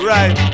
Right